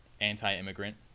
anti-immigrant